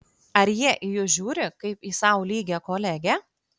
ar jie į jus žiūri kaip į sau lygią kolegę